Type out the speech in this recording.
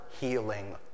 healing